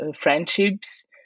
friendships